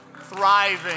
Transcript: thriving